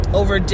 over